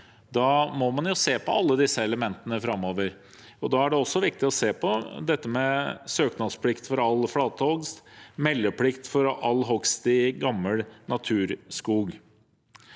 er bra – se på alle disse elementene framover. Da er det også viktig å se på søknadsplikt for all flatehogst og meldeplikt for all hogst i gammel naturskog.